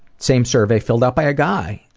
same survey filled out by a guy